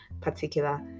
particular